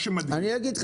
משפט כזה הוא חשוד.